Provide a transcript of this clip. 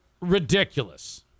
ridiculous